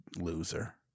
loser